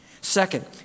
Second